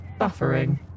buffering